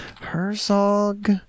Herzog